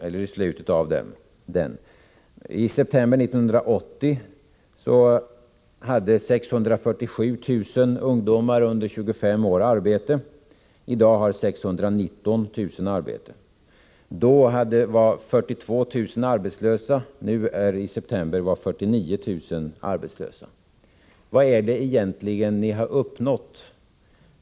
I september 1980 hade 647 000 ungdomar under 25 år arbete. I dag har 619 000 arbete. 1980 var 42 000 arbetslösa och i september i år 49 000. Vad är det egentligen som ni har uppnått?